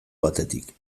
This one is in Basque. batetik